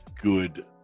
good